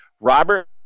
Robert